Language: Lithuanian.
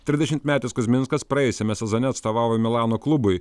trisdešimmetis kuzminskas praėjusiame sezone atstovavo milano klubui